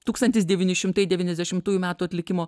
tūkstantis devyni šimtai devyniasdešimtųjų metų atlikimo